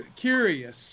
curious